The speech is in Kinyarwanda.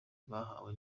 bahawe